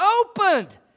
opened